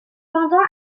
pendant